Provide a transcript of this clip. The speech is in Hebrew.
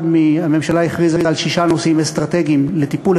הממשלה הכריזה על שישה נושאים אסטרטגיים לטיפול,